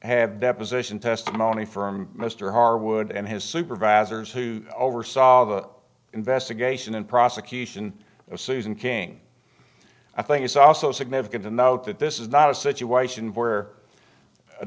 have deposition testimony from mr harwood and his supervisors who oversaw the investigation and prosecution of susan king i think it's also significant and note that this is not a situation where a